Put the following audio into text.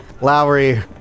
Lowry